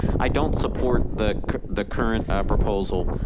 i don't support the the current ah proposal.